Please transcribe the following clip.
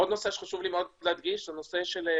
עוד נושא שחשוב לי מאוד להדגיש הוא שיש לשמור